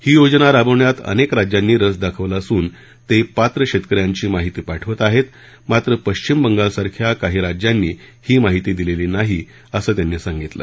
ही योजना राबवण्यात अनेक राज्यांनी रस दाखवला असून ते पात्र शेतकऱ्यांची माहिती पाठवत आहेत मात्र पश्चिम बंगालसारख्या काही राज्यांनी ही माहिती दिलेली नाही असं त्यांनी सांगितलं